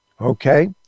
Okay